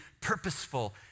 purposeful